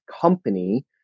company